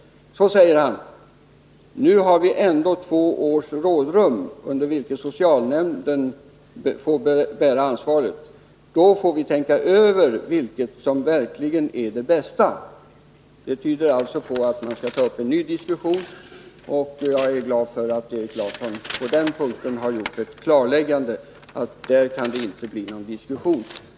Så säger han: ”Nu har vi ändå två års rådrum under vilka socialnämnden får bära ansvaret. Då får vi tänka över vilket som verkligen är det bästa.” Det tyder alltså på att man skall ta upp en ny diskussion. Jag är glad för att Erik Larsson på den punkten har gjort ett klarläggande: där kan det inte bli någon diskussion.